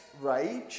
rage